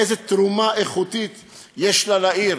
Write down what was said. איזו תרומה איכותית יש לה לעיר,